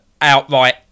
outright